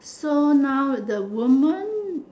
so now the woman